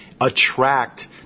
attract